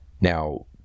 Now